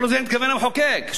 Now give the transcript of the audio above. לא לזה התכוון המחוקק,